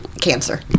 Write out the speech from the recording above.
Cancer